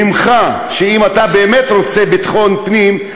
אם אתה באמת רוצה ביטחון פנים,